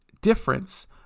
difference